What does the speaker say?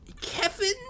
Kevin